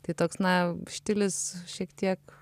tai toks na štilis šiek tiek